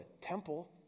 temple